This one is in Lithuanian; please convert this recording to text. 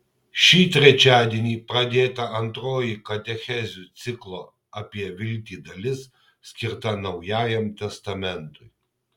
šį trečiadienį pradėta antroji katechezių ciklo apie viltį dalis skirta naujajam testamentui